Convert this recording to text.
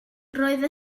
roedd